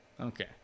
Okay